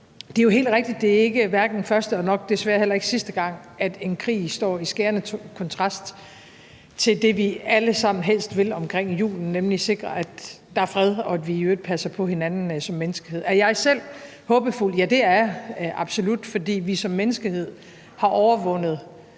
det jo er helt rigtigt, at det ikke er første og nok desværre heller ikke sidste gang, at en krig står i skærende kontrast til det, vi alle sammen helst vil omkring julen, nemlig sikre, at der er fred, og at vi i øvrigt passer på hinanden som menneskehed. Er jeg selv håbefuld? Ja, det er jeg absolut, for selv om der er tale